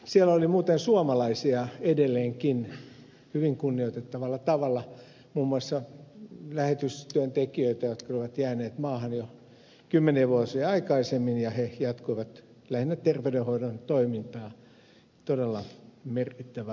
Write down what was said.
siellä oli muuten suomalaisia edelleenkin hyvin kunnioitettavalla tavalla muun muassa lähetystyöntekijöitä jotka olivat jääneet maahan jo kymmeniä vuosia aikaisemmin ja he jatkoivat lähinnä terveydenhoidon toimintaa todella merkittävä asia